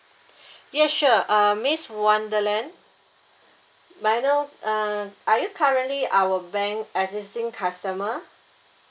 yes sure uh miss wonderland may I know uh are you currently our bank existing customer